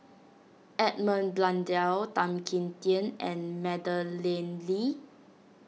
Edmund Blundell Tan Kim Tian and Madeleine Lee